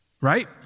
right